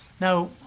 Now